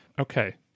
okay